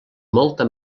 molta